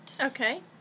Okay